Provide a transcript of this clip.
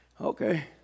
Okay